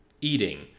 eating